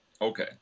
Okay